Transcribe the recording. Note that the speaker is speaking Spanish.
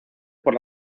por